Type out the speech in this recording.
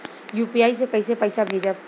UPI से कईसे पैसा भेजब?